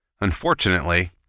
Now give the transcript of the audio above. Unfortunately